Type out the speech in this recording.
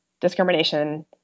discrimination